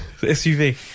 SUV